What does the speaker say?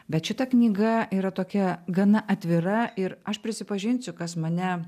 bet šita knyga yra tokia gana atvira ir aš prisipažinsiu kas mane